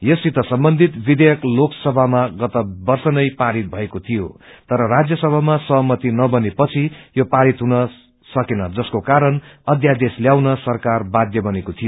यससित सम्बन्धित विषेयक लोकसभामा गत वर्षनै पारित भएको थिो तर रान्यसभामा सहमति नबने पछि यो पारित हुन सकेन जसको कारण अध्यादेश ल्याउन सरकार बाध्य बनेको थियो